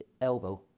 elbow